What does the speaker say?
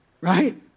right